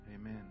Amen